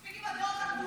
מספיק עם הדעות הקדומות,